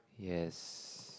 yes